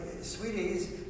Sweeties